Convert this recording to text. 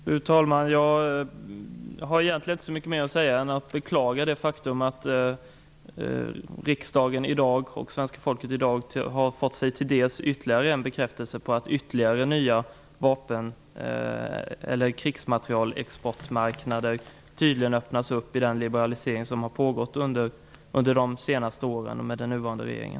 Fru talman! Jag har egentligen inte så mycket mer att säga än att jag beklagar det faktum att riksdagen och svenska folket i dag har fått sig till dels ytterligare en bekräftelse på att nya krigsmaterielexportmarknader tydligen öppnas i den liberalisering som har pågått under de senaste åren och under den nuvarande regeringen.